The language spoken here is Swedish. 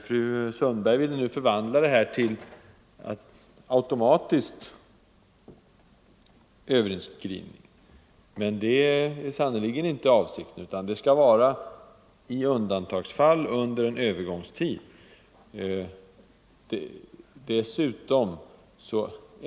Fru Sundberg ville förvandla vårt förslag till automatisk överinskrivning, men det är sannerligen inte avsikten, utan möjligheten skall finnas i undantagsfall under en övergångstid.